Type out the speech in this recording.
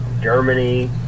Germany